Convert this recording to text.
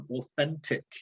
authentic